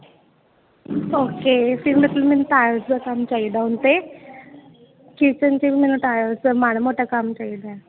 okay ਫਿਰ ਮਤਲਬ ਮੈਨੂੰ ਟਾਈਲਸ ਦਾ ਕੰਮ ਚਾਹੀਦਾ ਕਿਚਨ 'ਚ ਵੀ ਮੈਨੂੰ ਟਾਈਲਸ ਦਾ ਮਾੜਾ ਮੋਟਾ ਕੰਮ ਚਾਹੀਦਾ